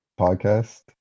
podcast